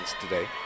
today